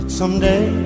someday